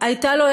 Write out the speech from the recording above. הייתה לו,